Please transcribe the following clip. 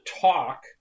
talk